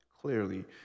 clearly